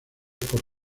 por